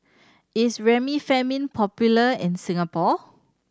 is Remifemin popular in Singapore